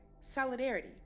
solidarity